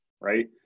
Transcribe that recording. right